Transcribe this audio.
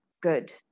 good